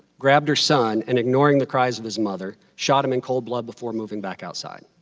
grabbed her son, and ignoring the cries of his mother, shot him in cold blood before moving back outside,